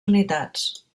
unitats